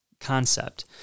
concept